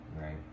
right